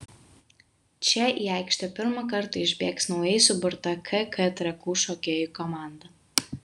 čia į aikštę pirmą kartą išbėgs naujai suburta kk trakų šokėjų komanda